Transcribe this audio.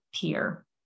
peer